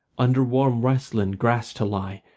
under warm westland grass to lie,